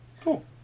cool